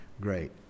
great